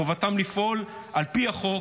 חובתם לפעול על פי החוק,